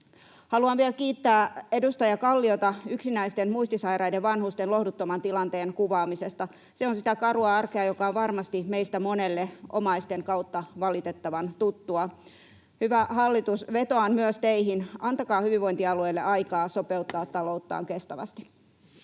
Haluan vielä kiittää edustaja Kalliota yksinäisten muistisairaiden vanhusten lohduttoman tilanteen kuvaamisesta. Se on sitä karua arkea, joka on varmasti meistä monelle omaisten kautta valitettavan tuttua. Hyvä hallitus, vetoan myös teihin: antakaa hyvinvointialueille aikaa sopeuttaa talouttaan kestävästi.